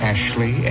Ashley